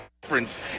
difference